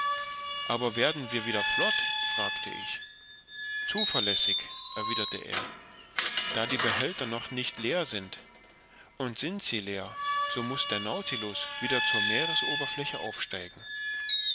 aber werden wir wieder flott fragte ich zuverlässig erwiderte er da die behälter noch nicht leer sind und sind sie leer so muß der nautilus wieder zur meeresoberfläche aufsteigen